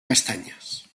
castanyes